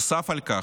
נוסף על כך,